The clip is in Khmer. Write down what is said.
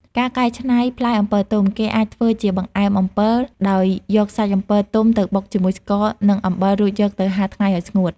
ការកែច្នៃផ្លែអំពិលទុំគេអាចធ្វើជាបង្អែមអំពិលដោយយកសាច់អំពិលទុំទៅបុកជាមួយស្ករ និងអំបិល រួចយកទៅហាលថ្ងៃឲ្យស្ងួត។